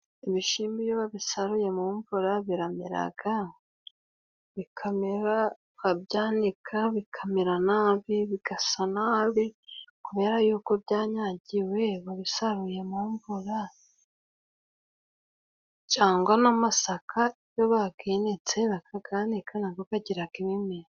Ibishimbo iyo babisaruye mu mvura birameraga, bikamera, ukabyanika, bikamera nabi, bigasa nabi, kubera yuko byanyagiwe, babisaruye mu mvura; cangwa n'amasaka iyo baginitse bakaganika nago gagiraga imimero.